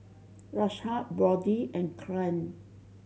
Rashad Brodie and Kylan